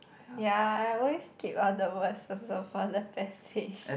ya I always skip all the words also for the passage